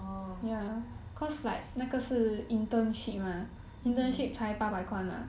mm mm